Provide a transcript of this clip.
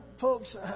folks